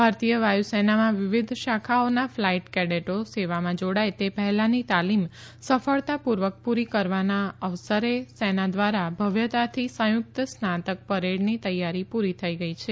ભારતીય વાયુસેનામાં વિવિધ શાખાઓના ફ્લાઇટ કેડેટો સેવામાં જોડાય તે પહેલાની તાલીમ સફળતાપૂર્વક પૂરી થવાના અવસરે સેના દ્વારા ભવ્યતાથી સંયુક્ત સ્નાતક પરેડની તૈયારી પૂરી થઈ ગઈ છે